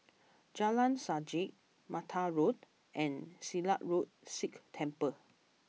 Jalan Sajak Mattar Road and Silat Road Sikh Temple